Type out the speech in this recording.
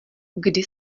kdy